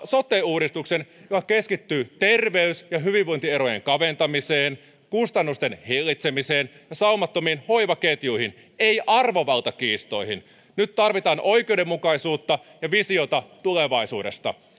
sote uudistuksen joka keskittyy terveys ja hyvinvointierojen kaventamiseen kustannusten hillitsemiseen ja saumattomiin hoivaketjuihin ei arvovaltakiistoihin nyt tarvitaan oikeudenmukaisuutta ja visiota tulevaisuudesta